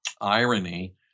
irony